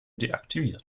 deaktiviert